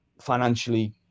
financially